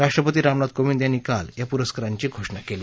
राष्ट्रपती रामनाथ कोविद यांनी काल या पुरस्कारांची घोषणा केली